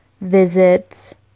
visit